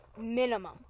minimum